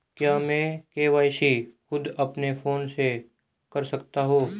क्या मैं के.वाई.सी खुद अपने फोन से कर सकता हूँ?